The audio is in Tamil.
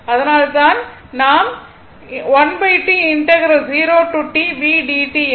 அதனால்தான் நாம்என எடுத்துள்ளோம்